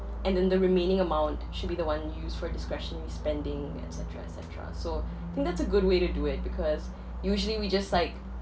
and then the remaining amount should be the one used for discretionary spending et cetera et cetera so I think that's a good way to do it because usually we just like